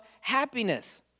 happiness